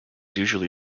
usually